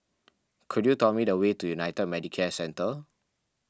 could you tell me the way to United Medicare Centre